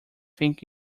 think